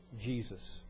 Jesus